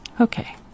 Okay